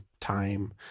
time